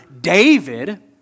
David